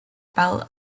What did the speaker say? belle